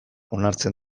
onartzen